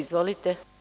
Izvolite.